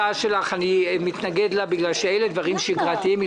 אבל אני מתנגד לה בגלל שהדברים שפה הם דברים שגרתיים,